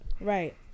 Right